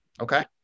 okay